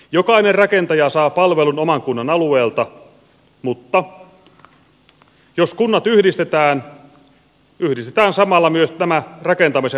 jokainen rakentaja saa palvelun oman kunnan alueelta mutta jos kunnat yhdistetään yhdistetään samalla myös tämä rakentamisen palvelu